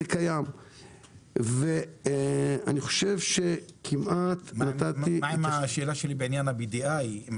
מה עם השאלה שלי בעניין ה-BDI?